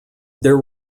there